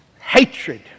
Hatred